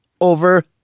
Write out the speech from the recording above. over